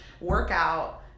workout